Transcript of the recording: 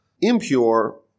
impure